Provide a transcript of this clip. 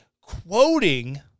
quoting